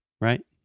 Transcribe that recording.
right